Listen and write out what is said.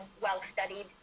well-studied